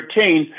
2013